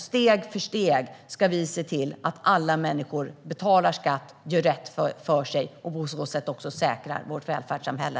Steg för steg ska vi se till att alla människor betalar skatt och gör rätt för sig. På det sättet säkrar vi vårt välfärdssamhälle.